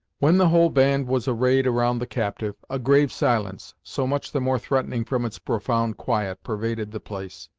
when the whole band was arrayed around the captive, a grave silence, so much the more threatening from its profound quiet, pervaded the place.